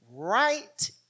Right